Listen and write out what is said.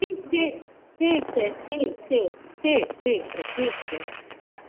ठीक ठीक ठीक छै ठीक ठीक ठीक ठीक छै ठीक छै राखू